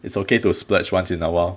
it's okay to splurge once in awhile